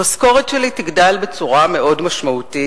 המשכורת שלי תגדל בצורה מאוד משמעותית,